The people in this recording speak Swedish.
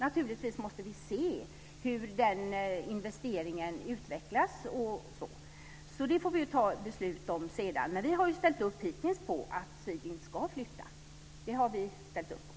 Naturligtvis måste vi se hur den investeringen utvecklas och så. Det får vi fatta beslut om sedan. Hittills har vi ju ställt upp på att Swedint ska flytta. Det har vi ställt upp på.